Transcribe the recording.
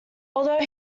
although